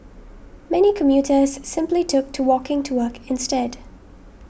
many commuters simply took to walking to work instead